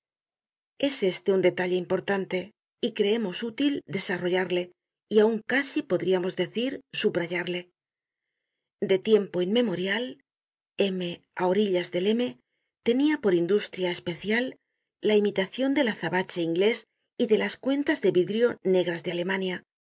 es este un detalle importante y creemos útil desarrollarle y aun casi podríamos decir subrayarle de tiempo inmemorial m á orillas del m tenia por industria especial la imitacion del azabache inglés y de las cuentas de vidrio negras de alemania